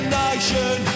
nation